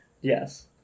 Yes